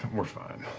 we're fine.